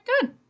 good